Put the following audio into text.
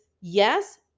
yes